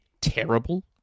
terrible